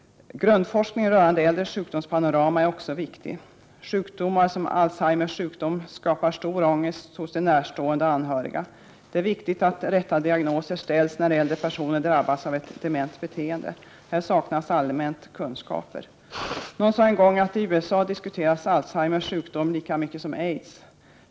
Grundforskning rörande äldres sjukdomspanorama är också av vikt. Sjukdomar som Alzheimers sjukdom skapar stor ångest hos de närstående och anhöriga. Det är viktigt att rätta diagnoser ställs när äldre personer drabbas av ett dement beteende. Här saknas allmänt kunskaper. Någon sade en gång att i USA diskuteras Alzheimers sjukdom lika mycket som aids.